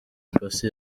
persie